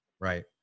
right